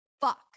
fuck